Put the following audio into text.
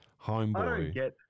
homeboy